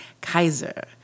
Kaiser